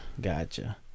gotcha